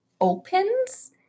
opens